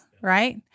right